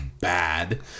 bad